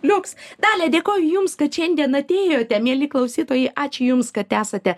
liuks dalia dėkoju jums kad šiandien atėjote mieli klausytojai ačiū jums kad esate